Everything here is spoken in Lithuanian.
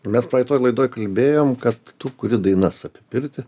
mes praeitoj laidoj kalbėjom kad tu kuri dainas apie pirtį